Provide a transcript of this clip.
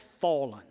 fallen